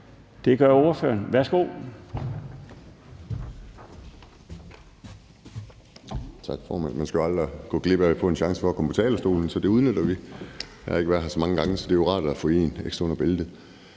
Det gør ordføreren. Værsgo.